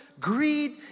greed